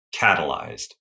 catalyzed